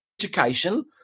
education